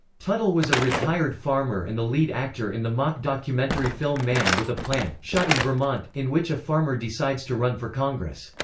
tuttle was a retired farmer and the lead actor in the mock documentary film man with a plan, shot in vermont, in which a farmer decides to run for congress.